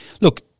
Look